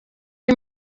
cyo